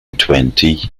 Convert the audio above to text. twenty